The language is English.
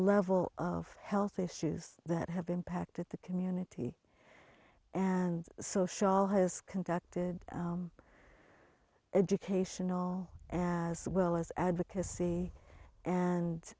level of health issues that have impacted the community and social has conducted educational as well as advocacy and